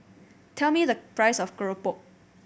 tell me the price of keropok